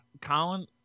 Colin